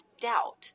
doubt